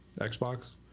Xbox